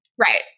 right